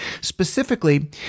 Specifically